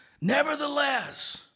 Nevertheless